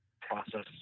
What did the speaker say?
process